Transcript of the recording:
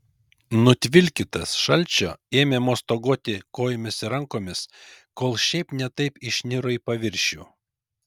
nutvilkytas šalčio ėmė mostaguoti kojomis ir rankomis kol šiaip ne taip išniro į paviršių